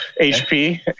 HP